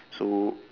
so